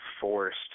forced